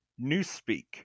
Newspeak